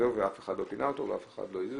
ואף אחד לא פינה אותו ואף אחד לא הזיז